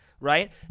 right